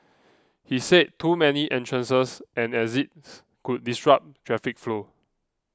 he said too many entrances and exits could disrupt traffic flow